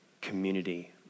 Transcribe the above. community